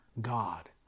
God